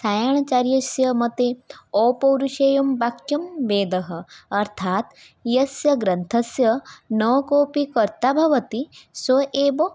सायणाचार्यस्य मते अपौरुषेयं वाक्यं वेदः अर्थात् यस्य ग्रन्थस्य न कोऽपि कर्ता भवति सः एव